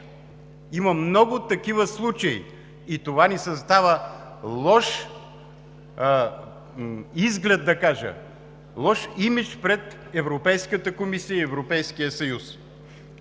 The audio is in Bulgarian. Има много такива случаи и това ни създава лош изглед да кажа, лош имидж пред Европейската комисия и Европейския съюз.